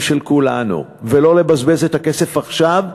של כולנו ולא לבזבז את הכסף עכשיו,